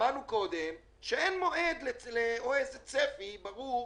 שמענו קודם שאין מועד או צפי ברור